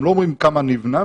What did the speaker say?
הם לא אומרים כמה נבנה.